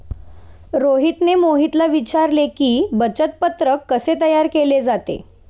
रोहितने मोहितला विचारले की, बचत पत्रक कसे तयार केले जाते?